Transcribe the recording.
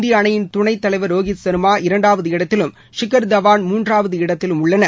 இந்திய அணியின் துணைத் தலைவர் ரோஹித் சர்மா இரண்டாவது இடத்திலும் சிகர் தவான் மூன்றாவது இடத்திலும் உள்ளனர்